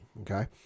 Okay